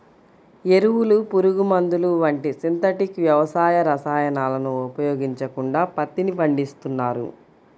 ఎరువులు, పురుగుమందులు వంటి సింథటిక్ వ్యవసాయ రసాయనాలను ఉపయోగించకుండా పత్తిని పండిస్తున్నారు